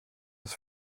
das